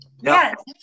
Yes